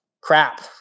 crap